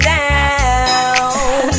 down